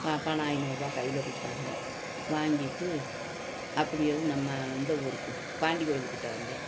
இந்தப்பான்னு ஐந்நூறுரூவா கையில் கொடுத்தாங்க வாங்கிட்டு அப்படியேவும் நம்ம இந்த ஊருக்கு பாண்டி கோயிலுக்கிட்டே வந்தேன்